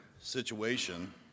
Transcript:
situation